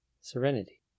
serenity